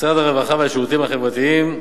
משרד הרווחה והשירותים החברתיים: